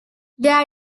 there